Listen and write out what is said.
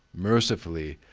mercifully,